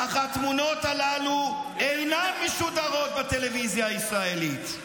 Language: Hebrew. אך התמונות הללו אינן משודרות בטלוויזיה הישראלית.